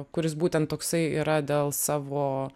kuris būtent toksai yra dėl savo